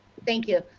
thank you.